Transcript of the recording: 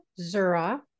Zura